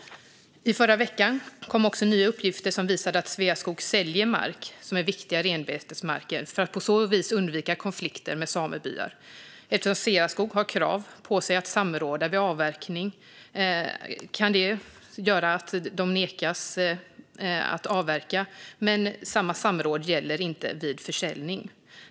I förra veckan kom nya uppgifter som visar att Sveaskog säljer mark som är viktig renbetesmark för att på så vis undvika konflikter med samebyarna. Eftersom Sveaskog har ett krav på sig att samråda vid avverkning kan det göra att man nekas att avverka, men kravet på samråd gäller inte vid försäljning.